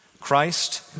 Christ